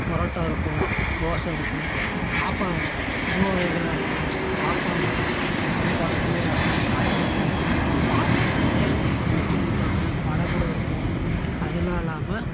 பரோட்டா இருக்கும் தோசை இருக்கும் சாப்பா உணவு வகைகளாக இருக்கும் சாப்பாடு அதுக்கு வந்து குழம்பு ரஸம் காய்கறி அப்பளம் பாயசம்லாம் கூட வச்சு கொடுப்பாங்க வடை கூட இருக்கும் அதலாம் இல்லாமல்